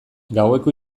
gaueko